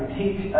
teach